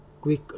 quick